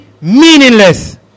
meaningless